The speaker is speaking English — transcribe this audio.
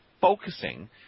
focusing